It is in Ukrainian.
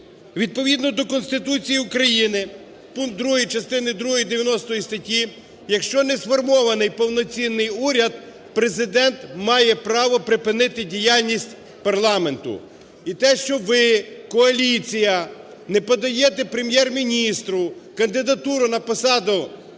Відповідно до Конституції України пункт 2 частини другої 90 статті, якщо не сформований повноцінний уряд, Президент має право припинити діяльність парламенту. І те, що ви, коаліція, не подаєте Прем'єр-міністру кандидатуру на посаду